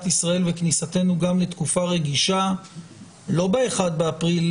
ישראל וכניסתנו לתקופה רגישה לא ב-1 באפריל